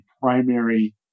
primary